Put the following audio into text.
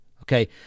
Okay